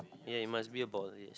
ya it must be a ball ya